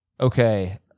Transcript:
Okay